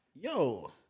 yo